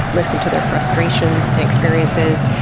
listen to their frustrations and experiences.